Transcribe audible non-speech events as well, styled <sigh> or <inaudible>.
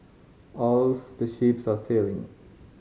all <unintelligible> the ships are sailing